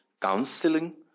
counseling